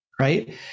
right